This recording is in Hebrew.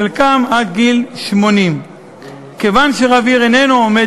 חלקם עד גיל 80. כיוון שרב עיר איננו עומד